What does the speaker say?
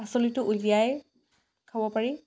পাচলিটো উলিয়াই থ'ব পাৰি